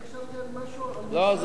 לא,